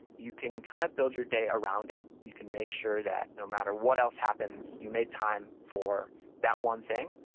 you can kind of build your day around it. you can make sure that, no matter what else happens, you made time for that one thing,